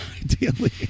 Ideally